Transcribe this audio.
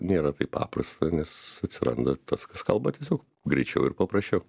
nėra taip paprasta nes atsiranda tas kas kalba tiesiog greičiau ir paprasčiau